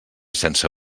sense